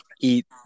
eat